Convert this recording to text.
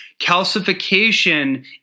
Calcification